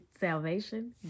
salvation